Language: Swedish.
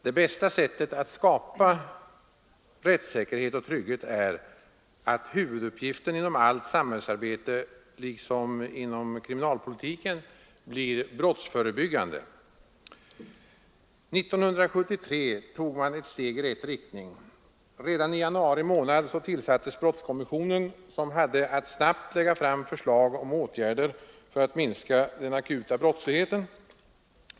Det bästa sättet att skapa rättssäkerhet och trygghet är att huvuduppgiften inom allt samhällsarbete liksom inom kriminalpolitiken blir brottsförebyggande. 1973 tog man ett steg i rätt riktning. Redan i januari månad tillsattes brottskommissionen, som hade att snabbt lägga fram förslag om åtgärder för att minska den akuta brottsligheten.